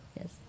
yes